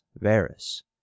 Varus